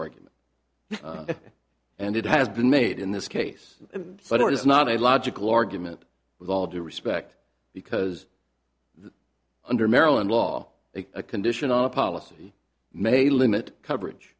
argument and it has been made in this case but it is not a logical argument with all due respect because under maryland law a conditional policy may limit coverage